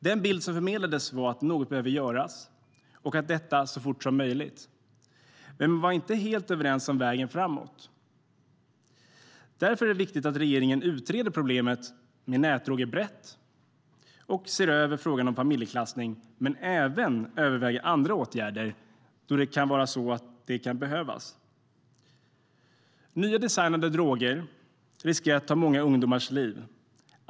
Den bild som förmedlades var att något behöver göras så fort som möjligt, men man var inte helt överens om vägen framåt. Därför är det viktigt att regeringen utreder problemet med nätdroger brett och ser över frågan om familjeklassning men även överväger andra åtgärder, då det kan vara så att det behövs. Nya designade droger riskerar att ta många ungdomars liv.